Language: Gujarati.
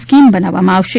સ્કીમ બનાવવામાં આવશે